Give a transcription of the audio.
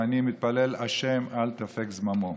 ואני מתפלל להשם: אל תפק זממו.